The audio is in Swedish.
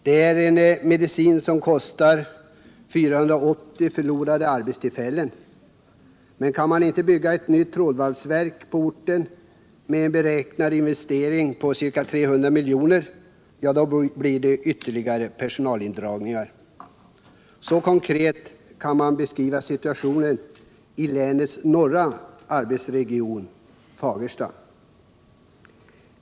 Det är en medicin som kostar 480 förlorade arbetstillfällen, men kan man inte bygga ett nytt trådvalsverk på orten med en beräknad investering på ca 300 miljoner, blir det ytterligare personalindragningar. Så konkret kan man beskriva situationen i länets norra arbetsregion, Fagersta.